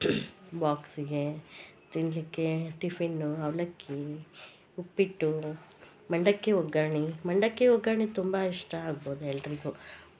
ಬಾಕ್ಸಿಗೆ ತಿನ್ನಲಿಕ್ಕೆ ಟಿಫಿನು ಅವಲಕ್ಕಿ ಉಪ್ಪಿಟ್ಟು ಮಂಡಕ್ಕಿ ಒಗ್ಗರಣೆ ಮಂಡಕ್ಕಿ ಒಗ್ಗರಣೆ ತುಂಬಾ ಇಷ್ಟ ಆಗ್ಬೋದು ಎಲ್ಲರಿಗು